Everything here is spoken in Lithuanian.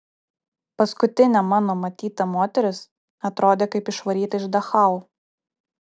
paskutinė mano matyta moteris atrodė kaip išvaryta iš dachau